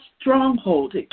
stronghold